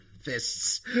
fists